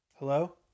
Hello